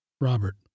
Robert